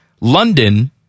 London